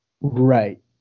Right